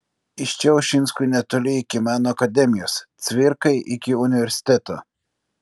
iš čia ušinskui netoli iki meno akademijos cvirkai iki universiteto